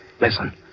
Listen